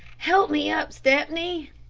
help me up, stepney.